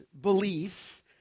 belief